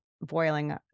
boiling